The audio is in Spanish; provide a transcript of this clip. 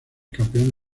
campeón